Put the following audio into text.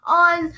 on